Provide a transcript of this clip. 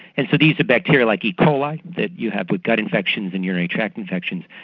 and so these are bacteria like e. coli that you have with gut infections and urinary tract infections,